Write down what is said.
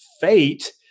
fate